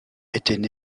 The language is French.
étaient